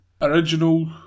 original